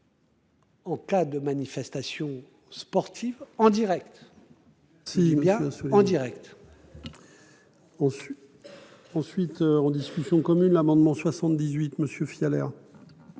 En cas de manifestations sportives en Direct. Si bien sûr en Direct. Ensuite en discussion commune l'amendement 78 monsieur Fischler.